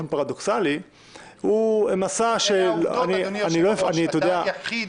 זה ניסיון נחמד,